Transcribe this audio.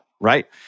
Right